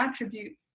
attributes